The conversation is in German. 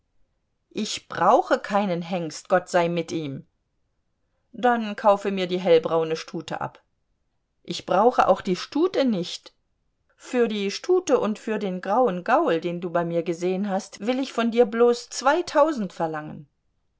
ich brauche keinen hengst gott sei mit ihm dann kaufe mir die hellbraune stute ab ich brauche auch die stute nicht für die stute und für den grauen gaul den du bei mir gesehen hast will ich von dir bloß zweitausend verlangen